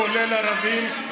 כולל ערבים,